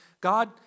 God